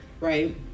right